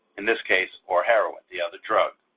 in this case more heroin, the other drug.